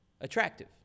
attractive